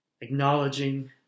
acknowledging